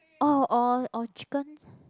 oh or or chicken